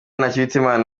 ntakirutimana